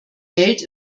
welt